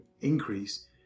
increase